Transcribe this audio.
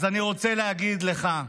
אז אני רוצה להגיד לך,